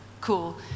cool